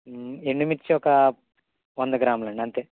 ఎండు మిర్చి ఒక వంద గ్రామలండి అంతే